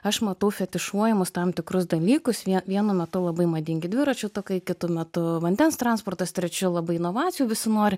aš matau fetišuojamus tam tikrus dalykus vienu metu labai madingi dviračių takai kitu metu vandens transportas trečiu labai inovacijų visi nori